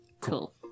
cool